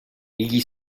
gli